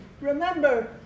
remember